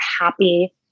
happy